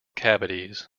cavities